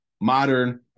modern